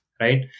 right